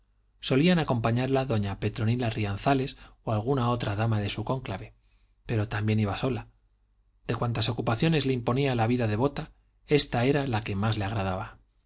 solían acompañarla doña petronila rianzares o alguna otra dama de su cónclave pero también iba sola de cuantas ocupaciones le imponía la vida devota esta era la que más le agradaba